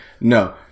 No